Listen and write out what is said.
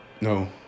No